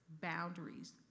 boundaries